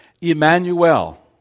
Emmanuel